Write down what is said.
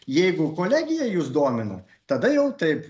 jeigu kolegija jus domina tada jau taip